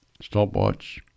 stopwatch